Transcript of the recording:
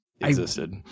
existed